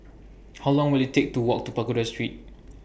How Long Will IT Take to Walk to Pagoda Street